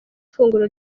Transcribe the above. ifunguro